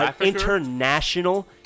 international